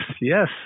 Yes